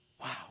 Wow